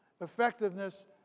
Effectiveness